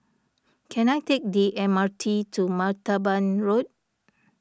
can I take the M R T to Martaban Road